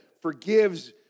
forgives